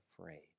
afraid